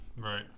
Right